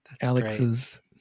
Alex's